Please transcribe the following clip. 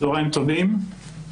צוהריים טובים.